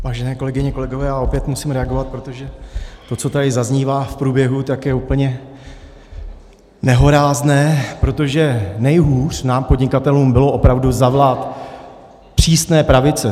Vážené kolegyně a kolegové, já opět musím reagovat, protože to, co tady zaznívá v průběhu, tak je úplně nehorázné, protože nejhůř nám podnikatelům bylo opravdu za vlád přísné pravice.